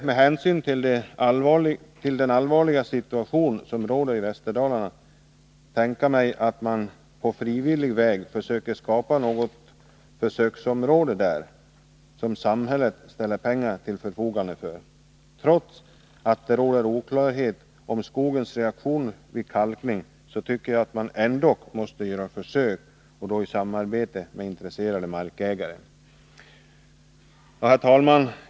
Med hänsyn till den allvarliga situation som råder i Västerdalarna skulle jag kunna tänka mig att man på frivillig väg skapar ett försöksområde där, som samhället ställer pengar till förfogande för. Trots att det råder oklarhet om skogens reaktion vid kalkning tycker jag att man ändock måste göra försök också i samarbete med intresserade markägare. Herr talman!